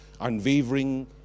unwavering